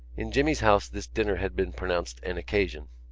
in jimmy's house this dinner had been pronounced an occasion.